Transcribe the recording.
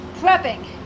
prepping